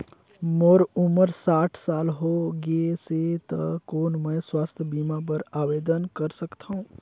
मोर उम्र साठ साल हो गे से त कौन मैं स्वास्थ बीमा बर आवेदन कर सकथव?